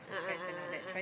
a'ah a'ah a'ah